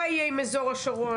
מה יהיה עם אזור השרון?